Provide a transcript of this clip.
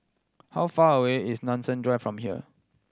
how far away is Nanson Drive from here